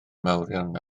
mawrion